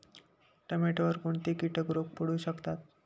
टोमॅटोवर कोणते किटक रोग पडू शकतात?